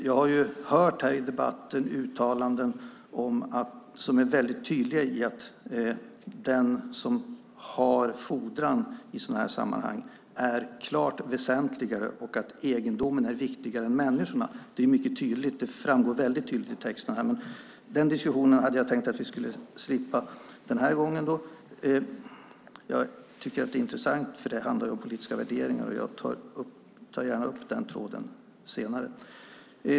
Jag har i debatten hört uttalanden där det är tydligt att den som har fordran i dessa sammanhang går före och att egendom är viktigare än människor. Det framgår tydligt i texten. Den diskussionen hade jag dock tänkt att vi skulle slippa denna gång. Men den är intressant, för det handlar om politiska värderingar, och jag tar gärna upp den tråden senare.